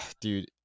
dude